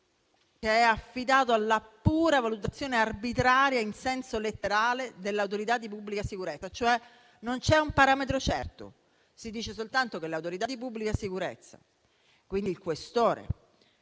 che è affidato alla pura valutazione arbitraria, in senso letterale, dell'autorità di pubblica sicurezza. Non c'è quindi un parametro certo, ma si dice soltanto che l'autorità di pubblica sicurezza, quindi il questore,